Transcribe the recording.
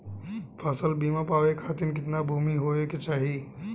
फ़सल बीमा पावे खाती कितना भूमि होवे के चाही?